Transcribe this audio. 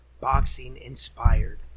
boxing-inspired